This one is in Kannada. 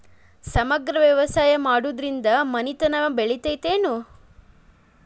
ಸಮಗ್ರ ವ್ಯವಸಾಯ ಮಾಡುದ್ರಿಂದ ಮನಿತನ ಬೇಳಿತೈತೇನು?